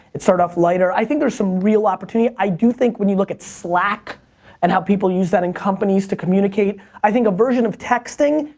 it started off lighter. i think there's some real opportunity. i do think when you look at slack and how people use that in companies to communicate, i think a version of texting,